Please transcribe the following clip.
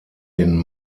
den